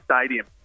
stadium